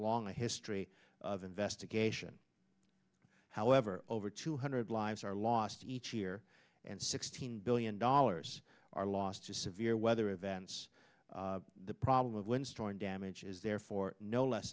long a history of investigation however over two hundred lives are lost each year and sixteen billion dollars are lost to severe weather events the problem of wind storm damage is therefore no less